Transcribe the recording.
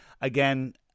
again